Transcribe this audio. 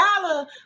dollar